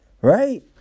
Right